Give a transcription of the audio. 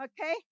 Okay